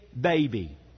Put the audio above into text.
baby